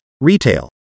retail